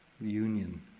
union